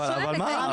אני שואלת: האם התחלתן?